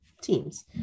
teams